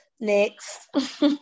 next